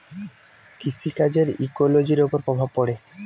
কৃষি কাজের ইকোলোজির ওপর প্রভাব পড়ে